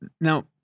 Now